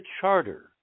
charter